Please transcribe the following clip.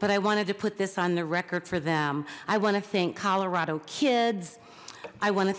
but i wanted to put this on the record for them i want to thank colorado kids i want to